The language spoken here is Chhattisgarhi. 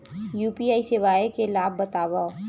यू.पी.आई सेवाएं के लाभ बतावव?